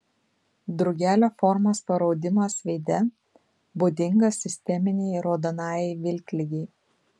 drugelio formos paraudimas veide būdingas sisteminei raudonajai vilkligei